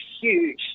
huge